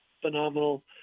phenomenal